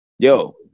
Yo